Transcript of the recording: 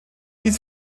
dies